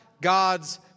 God's